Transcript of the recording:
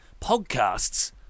Podcasts